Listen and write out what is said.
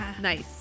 Nice